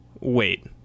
wait